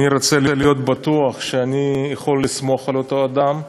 אני רוצה להיות בטוח שאני יכול לסמוך על אותו אדם,